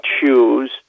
choose